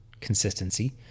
consistency